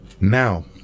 now